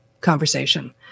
conversation